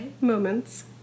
moments